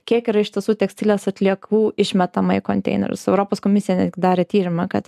kiek yra iš tiesų tekstilės atliekų išmetama į konteinerius europos komisija netgi darė tyrimą kad